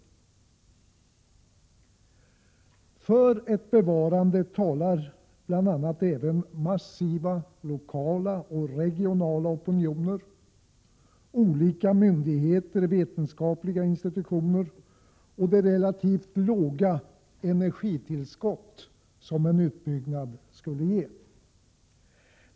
För ett bevarande talar bl.a. även massiva lokala och regionala opinioner, olika myndigheter, vetenskapliga institutioner och det relativt låga energitillskott en utbyggnad skulle ge.